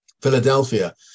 Philadelphia